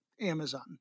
Amazon